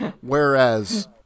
Whereas